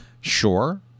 sure